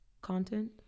content